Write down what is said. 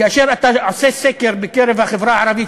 כאשר אתה עושה סקר בקרב החברה הערבית,